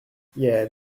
yeah